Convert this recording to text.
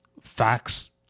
facts